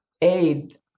aid